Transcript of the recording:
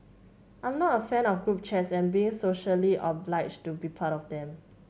I'm not a fan of group chats and being socially obliged to be part of them